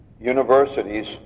universities